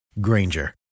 Granger